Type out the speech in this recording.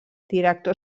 director